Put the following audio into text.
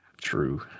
True